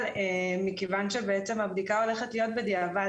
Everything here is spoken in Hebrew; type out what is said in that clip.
אבל מכיוון שהבדיקה הולכת להיות בדיעבד,